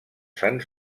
sants